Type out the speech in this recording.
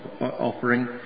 offering